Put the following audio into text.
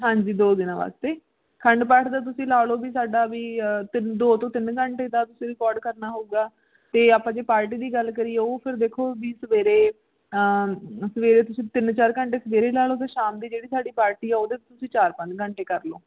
ਹਾਂਜੀ ਦੋ ਦਿਨਾਂ ਵਾਸਤੇ ਅਖੰਡ ਪਾਠ ਦਾ ਤੁਸੀਂ ਲਾ ਲਉ ਵੀ ਸਾਡਾ ਵੀ ਤਿੰਨ ਦੋ ਤੋਂ ਤਿੰਨ ਘੰਟੇ ਦਾ ਤੁਸੀਂ ਰਿਕੋਰਡ ਕਰਨਾ ਹੋਊਗਾ ਅਤੇ ਆਪਾਂ ਜੇ ਪਾਰਟੀ ਦੀ ਗੱਲ ਕਰੀਏ ਉਹ ਫੇਰ ਦੇਖੋ ਵੀ ਸਵੇਰੇ ਸਵੇਰੇ ਤੁਸੀਂ ਤਿੰਨ ਚਾਰ ਘੰਟੇ ਸਵੇਰੇ ਲਾ ਲਉ ਅਤੇ ਸ਼ਾਮ ਦੀ ਜਿਹੜੀ ਸਾਡੀ ਪਾਰਟੀ ਹੈ ਉਹਦੇ ਤੁਸੀਂ ਚਾਰ ਪੰਜ ਘੰਟੇ ਕਰ ਲਉ